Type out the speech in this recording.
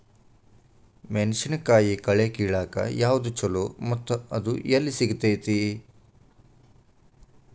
ಮೆಣಸಿನಕಾಯಿ ಕಳೆ ಕಿಳಾಕ್ ಯಾವ್ದು ಛಲೋ ಮತ್ತು ಅದು ಎಲ್ಲಿ ಸಿಗತೇತಿ?